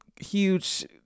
huge